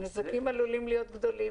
הנזקים עלולים להיות גדולים.